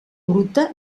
bruta